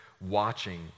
watching